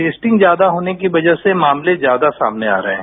testing ज्यादा होने की वजह से मामले ज्यादा सामने आ रहे हैं